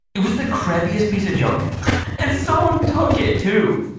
it was the crappiest piece of junk and someone took it, too!